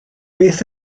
beth